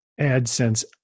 AdSense